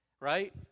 Right